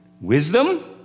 wisdom